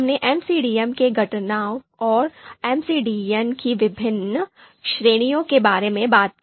हमने एमसीडीएम के घटकों और फिर एमसीडीएम की विभिन्न श्रेणियों के बारे में बात की